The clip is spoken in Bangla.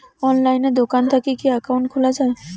অনলাইনে দোকান থাকি কি একাউন্ট খুলা যায়?